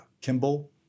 Kimball